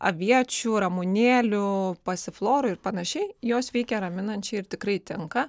aviečių ramunėlių pasiflorų ir panašiai jos veikia raminančiai ir tikrai tinka